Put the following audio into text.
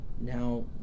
now